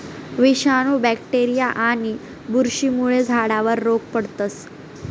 विषाणू, बॅक्टेरीया आणि बुरशीमुळे झाडावर रोग पडस